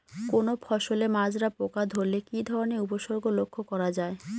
কোনো ফসলে মাজরা পোকা ধরলে কি ধরণের উপসর্গ লক্ষ্য করা যায়?